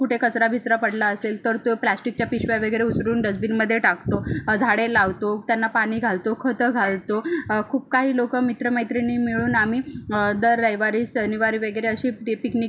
कुठे कचरा बिचरा पडला असेल तर तो प्लॅस्टिकच्या पिशव्या वगैरे उचलून डस्बीनमध्ये टाकतो झाडे लावतो त्यांना पाणी घालतो खतं घालतो खूप काही लोकं मित्रमैत्रिणी मिळून आम्ही दर रविवारी शनिवार वगैरे अशी पिकनिक